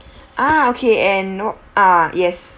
ah okay and no ah yes